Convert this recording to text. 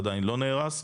עדיין לא נהרס.